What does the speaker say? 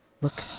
look